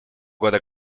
года